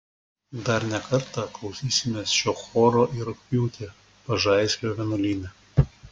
dar ne kartą klausysimės šio choro ir rugpjūtį pažaislio vienuolyne